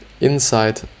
Inside